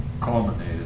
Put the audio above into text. culminated